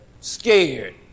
Scared